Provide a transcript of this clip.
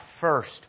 first